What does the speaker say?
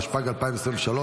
התשפ"ג 2023,